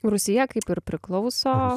rūsyje kaip ir priklauso